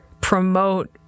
promote